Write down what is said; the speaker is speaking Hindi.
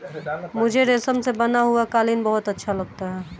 मुझे रेशम से बना हुआ कालीन बहुत अच्छा लगता है